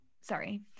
Sorry